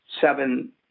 seven